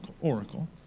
oracle